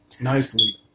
Nicely